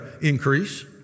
increase